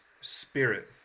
spirit